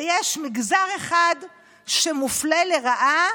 ויש מגזר אחד שמופלה לרעה